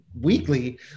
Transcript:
weekly